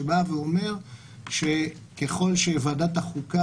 שאומר שככל שוועדת החוקה,